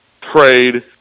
trade